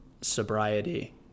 sobriety